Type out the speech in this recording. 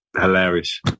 hilarious